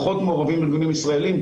כאן כבר פחות מעורבים ארגונים ישראליים,